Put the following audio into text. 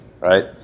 right